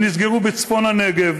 הם נסגרו בצפון-הנגב.